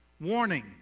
Warning